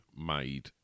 made